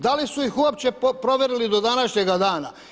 Da li su ih uopće provjerili do današnjega dana?